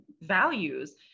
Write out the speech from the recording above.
values